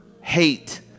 hate